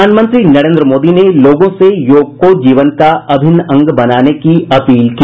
प्रधानमंत्री नरेन्द्र मोदी ने लोगों से योग को जीवन का अभिन्न अंग बनाने की अपील की